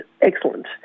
excellent